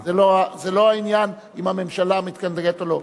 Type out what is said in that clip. זה לא העניין אם הממשלה מתנגדת או לא.